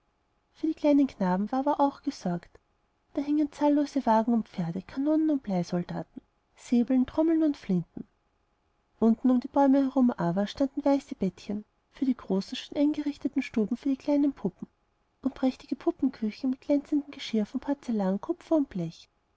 für die kleinen knaben war aber auch gesorgt da hingen zahllose wagen und pferde kanonen und bleisoldaten säbel trommeln und flinten unten um die bäume herum aber standen weiße bettchen für die großen schön eingerichtete stuben für die kleinen puppen und prächtige puppenküchen mit glänzendem geschirr von porzellan kupfer und blech